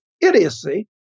idiocy